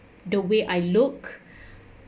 the way I look